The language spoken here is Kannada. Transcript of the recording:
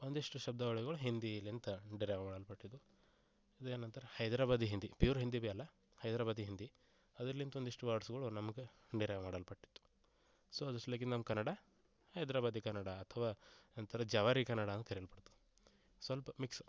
ಒಂದಿಷ್ಟು ಶಬ್ದಾವಳಿಗಳ್ ಹಿಂದೀಲಿಂದ ದೊರೆಯಲ್ಪಟ್ಟಿದ್ದು ಅದು ಏನಂತರೆ ಹೈದರಾಬಾದಿ ಹಿಂದಿ ಪ್ಯೂರ್ ಹಿಂದಿ ಬಿ ಅಲ್ಲ ಹೈದರಾಬಾದಿ ಹಿಂದಿ ಅದ್ರಲ್ಲಿಂದ ಒಂದಿಷ್ಟು ವರ್ಡ್ಸ್ಗಳು ನಮ್ಗೆ ಸೊ ಅದಿಷ್ಟು ನಮ್ಮ ಕನ್ನಡ ಹೈದರಾಬಾದಿ ಕನ್ನಡ ಅಥ್ವ ಎಂಥ ಜವಾರಿ ಕನ್ನಡ ಅಂತ ಕರೆಯಲ್ಪಡ್ತು ಸ್ವಲ್ಪ ಮಿಕ್ಸ್